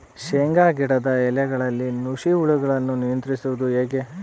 ಶೇಂಗಾ ಗಿಡದ ಎಲೆಗಳಲ್ಲಿ ನುಷಿ ಹುಳುಗಳನ್ನು ನಿಯಂತ್ರಿಸುವುದು ಹೇಗೆ?